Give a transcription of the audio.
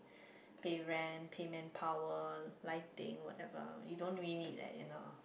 pay rent pay manpower life thing whatever you don't really need that you know